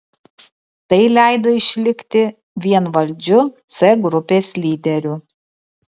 tai leido išlikti vienvaldžiu c grupės lyderiu